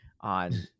on